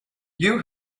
you